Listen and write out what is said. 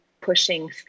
pushing